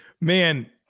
Man